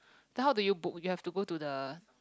then how do you book you have to go to the